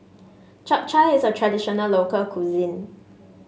Chap Chai is a traditional local cuisine